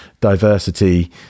diversity